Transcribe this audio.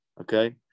Okay